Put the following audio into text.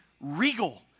regal